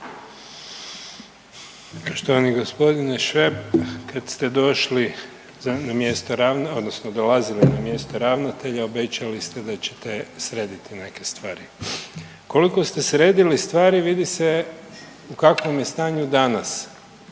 kad ste došli na mjesto, odnosno dolazili na mjesto ravnatelja obećali ste da ćete srediti neke stvari. Koliko ste sredili stvari vidi se u kakvom je stanju danas